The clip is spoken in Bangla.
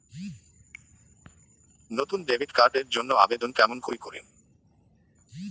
নতুন ডেবিট কার্ড এর জন্যে আবেদন কেমন করি করিম?